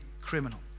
criminal